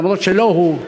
אף-על-פי שלא הוא,